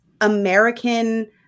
American